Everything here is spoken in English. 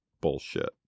bullshit